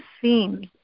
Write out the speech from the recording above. themes